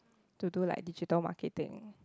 to do like digital marketing